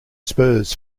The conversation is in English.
spurs